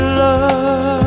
love